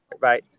Bye